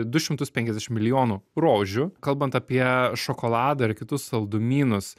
du šimtus penkiasdešim milijonų rožių kalbant apie šokoladą ir kitus saldumynus